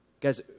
Guys